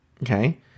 Okay